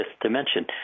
dimension